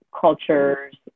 cultures